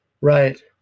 Right